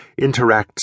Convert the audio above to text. interacts